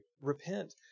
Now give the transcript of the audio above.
Repent